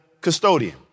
custodian